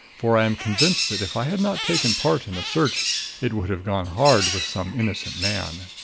for i am convinced that if i had not taken part in the search it would have gone hard with some innocent man.